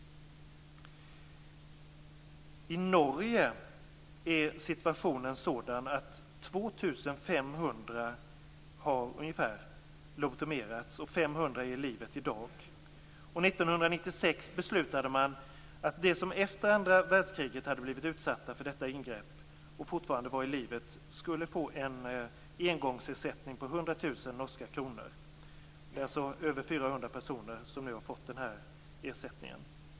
I Norge är situationen sådan att ungefär 2 500 personer har lobotomerats, och 500 är i livet i dag. År 1996 beslutade man att de som efter andra världskriget hade blivit utsatta för detta ingrepp och fortfarande var i livet skulle få en engångsersättning på 100 000 norska kronor. Det är över 400 personer som nu har fått den här ersättningen.